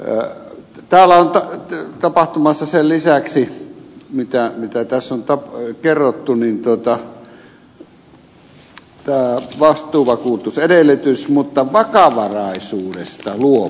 täällä on tapahtumassa sen lisäksi mitä tässä on kerrottu tämä vastuuvakuutusedellytys myös vakavaraisuudesta luopuminen